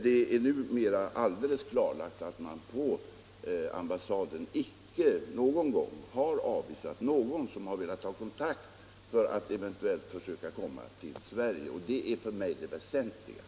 Det är numera helt klarlagt att ambassaden aldrig har avvisat någon som velat ta kontakt för att eventuellt komma till Sverige. Det är för mig det väsentligaste.